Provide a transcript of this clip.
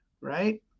right